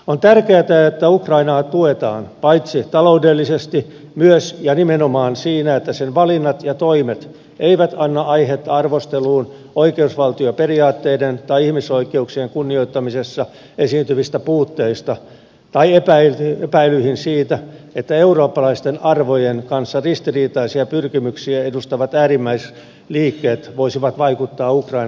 on tärkeätä että ukrainaa tuetaan paitsi taloudellisesti myös ja nimenomaan siinä että sen valinnat ja toimet eivät anna aihetta arvosteluun oikeusvaltioperiaatteiden tai ihmisoikeuksien kunnioittamisessa esiintyvistä puutteista tai epäilyihin siitä että eurooppalaisten arvojen kanssa ristiriitaisia pyrkimyksiä edustavat äärimmäisliikkeet voisivat vaikuttaa ukrainan kehitykseen